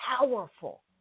powerful